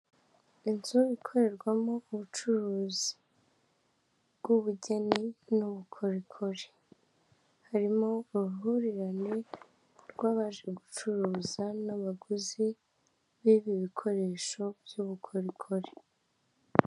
Inzu ikorerwamo ubucuruzi bw'ubugeni n'ubukorikori, harimo uruhurirane rw'abaje gucuruza n'abaguzi bibi bikoresho by'ubukorikori.